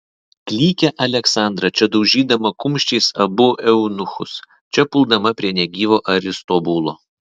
klykė aleksandra čia daužydama kumščiais abu eunuchus čia puldama prie negyvo aristobulo